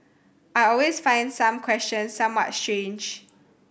I always find some questions somewhat strange